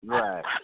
right